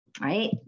right